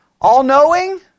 all-knowing